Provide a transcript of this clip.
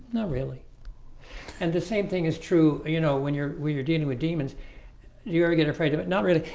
not really and the same thing is true. you know when you're we're dealing with demons do you ever get afraid of it? not really,